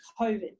COVID